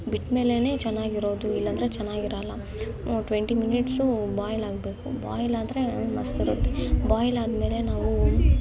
ಬಿಟ್ಮೇಲೆ ಚೆನ್ನಾಗಿರೊದು ಇಲ್ಲ ಅಂದರೆ ಚೆನ್ನಾಗಿರಲ್ಲ ಟ್ವೆಂಟಿ ಮಿನಿಟ್ಸು ಬಾಯ್ಲ್ ಆಗಬೇಕು ಬಾಯ್ಲ್ ಆದರೆ ಮಸ್ತ್ ಇರುತ್ತೆ ಬಾಯ್ಲ್ ಆದಮೇಲೆ ನಾವು